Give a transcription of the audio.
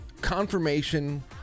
confirmation